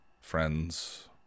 friends